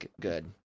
good